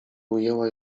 ujęła